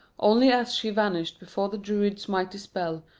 only as she vanished before the druid's mighty spell,